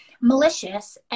malicious